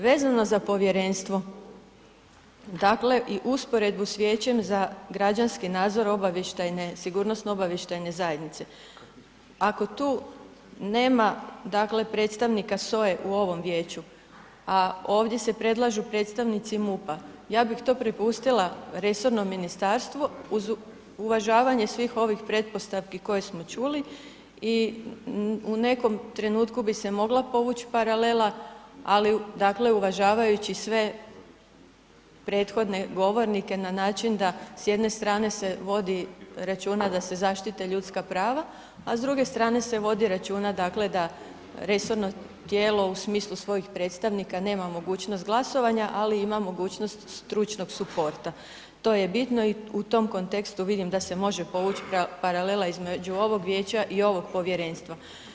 Vezano za povjerenstvo, dakle, i usporedbu s vijećem za građanski nadzor sigurnosno obavještajne zajednice, ako tu nema, dakle, predstavnika SOA-e u ovom vijeću, a ovdje se predlažu predstavnici MUP-a, ja bih to prepustila resornom ministarstvu uz uvažavanje svih ovih pretpostavki koje smo čuli i u nekom trenutku bi se mogla povuć paralela, ali dakle, uvažavajući sve prethodne govornike na način da s jedne strane se vodi računa da se zaštite ljudska prava, a s druge strane se vodi računa, dakle, da resorno tijelo u smislu svojih predstavnika nema mogućnost glasovanja, ali ima mogućnost stručnog suporta, to je bitno i u tom kontekstu vidim da se može povuć paralela između ovog vijeća i ovog povjerenstva.